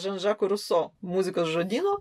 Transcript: žan žako ruso muzikos žodyno